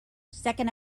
second